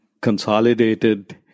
consolidated